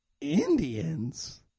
Indians